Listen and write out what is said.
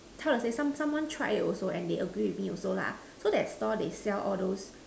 how to say someone tried also and they agree with me also lah so that store they sell all those